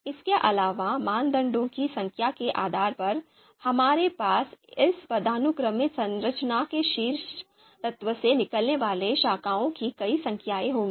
इसके अलावा मानदंडों की संख्या के आधार पर हमारे पास इस पदानुक्रमित संरचना के शीर्ष तत्व से निकलने वाली शाखाओं की कई संख्याएं होंगी